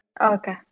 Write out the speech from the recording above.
Okay